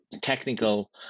technical